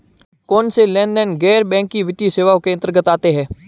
कौनसे लेनदेन गैर बैंकिंग वित्तीय सेवाओं के अंतर्गत आते हैं?